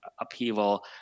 upheaval